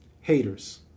haters